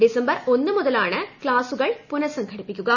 December ഒന്ന് മുതലാണ് ക്സാസുകൾ പുനഃസംഘടിപ്പിക്കുക